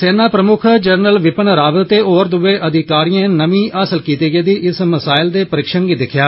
सेना प्रमुक्ख जनरल विपीण रावत ते होर दुए अधिकारिए नमीं हासिल कीती गेदी मिसाईलस दे परिक्षण गी दिक्खेआ